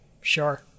sure